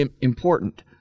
important